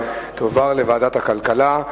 תועבר לוועדת הכלכלה.